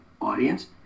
audience